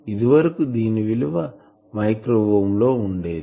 ఇది వరకు దీని విలువ మైక్రో ఓం లో ఉండేది